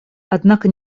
однако